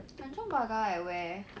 tanjong pagar at where